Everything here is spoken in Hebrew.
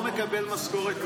הוא לא מקבל משכורת,